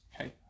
Okay